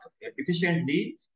efficiently